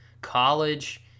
college